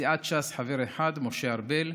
לסיעת ש"ס חבר אחד, משה ארבל,